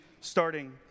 starting